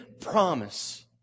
promise